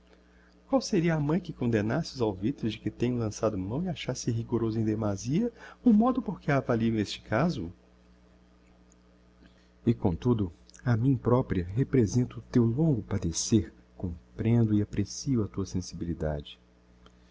qual seria a mãe que condemnasse os alvitres de que tenho lançado mão e achasse rigoroso em demasia o modo por que avalio este caso e comtudo a mim propria represento o teu longo padecer comprehendo e apprecio a tua sensibilidade